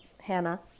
hannah